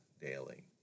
daily